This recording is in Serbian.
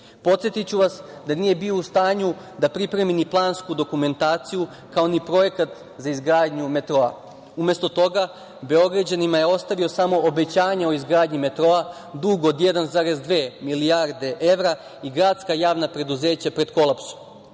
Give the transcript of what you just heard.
Podsetiću vas da nije bio u stanju da pripremi ni plansku dokumentaciju, kao ni projekat za izgradnju metroa. Umesto toga Beograđanima je ostavio samo obećanje o izgradnji metroa, dug od 1,2 milijarde evra i gradska javna preduzeća pred kolapsom.